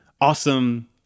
awesome